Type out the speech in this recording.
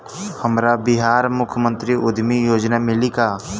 हमरा बिहार मुख्यमंत्री उद्यमी योजना मिली का?